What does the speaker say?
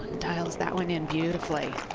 dials that one in beautifully.